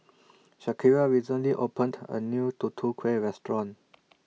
Shakira recently opened A New Tutu Kueh Restaurant